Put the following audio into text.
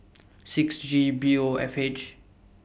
six G B O F H